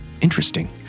Interesting